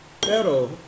Pero